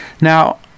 now